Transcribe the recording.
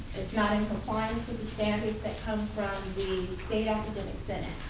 it's not in compliance with the standards that come from the state academic senate.